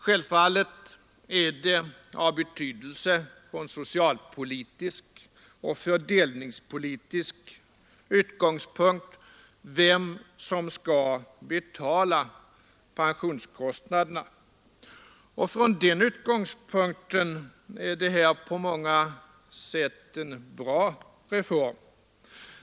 Självfallet är det av betydelse socialpolitiskt och fördelningspolitiskt sett vem som skall betala pensionskostnaderna. Från den utgångspunkten är detta på många sätt en bra reform.